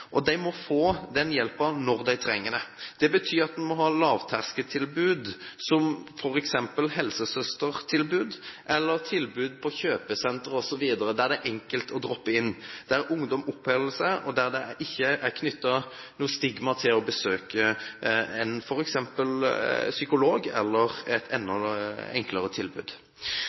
den. Det betyr at en må ha lavterskeltilbud, f.eks. et helsesøstertilbud, eller tilbud på kjøpesentre osv., der det er enkelt å droppe inn, der ungdom oppholder seg, og der det ikke er knyttet noe stigma til f.eks. å oppsøke psykolog, eller enda enklere tilbud.